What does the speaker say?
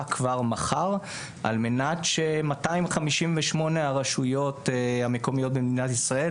כבר מחר - על מנת ש-258 הרשויות המקומיות במדינת ישראל